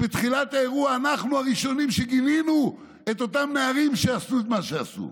ובתחילת האירוע אנחנו הראשונים שגינו את אותם נערים שעשו את מה שעשו,